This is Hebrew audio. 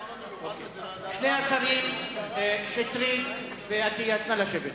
שני השרים שטרית ואטיאס, נא לשבת.